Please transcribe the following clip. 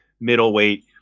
middleweight